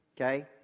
Okay